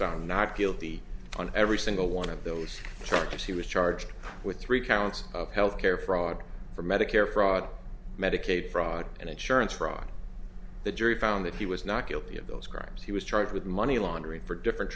found not guilty on every single one of those charges he was charged with three counts of healthcare fraud for medicare fraud medicaid fraud and insurance fraud the jury found that he was not guilty of those crimes he was charged with money laundering for different